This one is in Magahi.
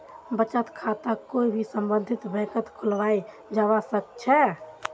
बचत खाताक कोई भी सम्बन्धित बैंकत खुलवाया जवा सक छे